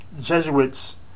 Jesuits